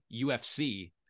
UFC